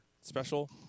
Special